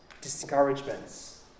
discouragements